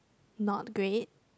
not great